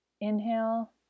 Inhale